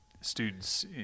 students